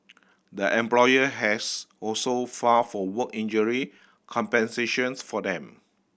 the employer has also filed for work injury compensations for them